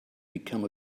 become